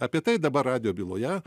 apie tai dabar radijo byloje